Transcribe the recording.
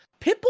Pitbull